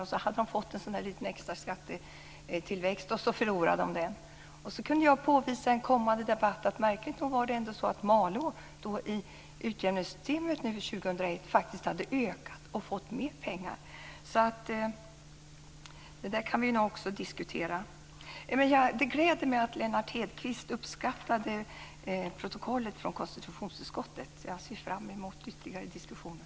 Kommunen hade fått en extra skattetillväxt som sedan gick förlorad. I en kommande debatt kunde jag påvisa att Malå i utjämningssystemet för 2001 faktiskt hade fått mer pengar. Det kan vi nog diskutera. Det gläder mig att Lennart Hedquist uppskattade protokollet från konstitutionsutskottet. Jag ser fram emot ytterligare diskussioner.